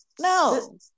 no